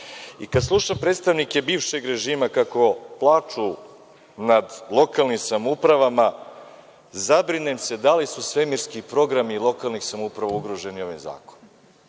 kada sluša predstavnike bivšeg režima kako plaču nad lokalnim samoupravama, zabrinem se da li su svemirski programi lokalnih samouprava ugroženi ovim zakonom.